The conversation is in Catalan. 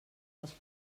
als